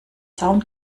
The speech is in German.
zaun